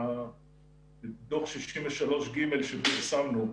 דוח 63ג שפרסמנו.